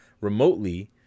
remotely